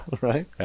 Right